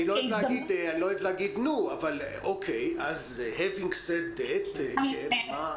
אני לא אוהב להגיד "נו", אבל אחרי שאמרת זאת, מה?